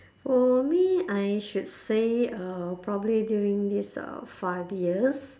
for me I should say uh probably during these uh five years